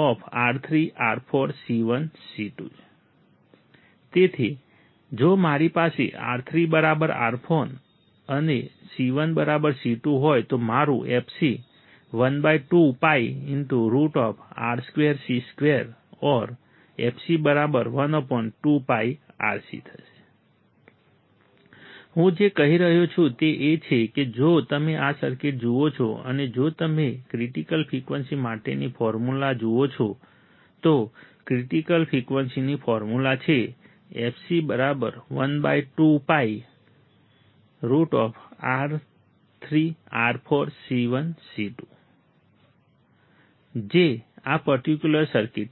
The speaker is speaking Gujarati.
√R3R4C1C2 તેથી જો મારી પાસે R3 R4 અને C1 C2 હોય તો મારું fc 1 2 π √ R2C2 or fc 1 2 πRC હું જે કહી રહ્યો છું તે એ છે કે જો તમે આ સર્કિટ જુઓ છો અને જો તમે ક્રિટીકલ ફ્રિકવન્સી માટેનું ફોર્મ્યુલા જુઓ છો તો ક્રિટીકલ ફ્રિકવન્સીનું ફોર્મ્યુલા છે fc 1 2 π √R3R4C1C2 જે આ પર્ટિક્યુલર સર્કિટ છે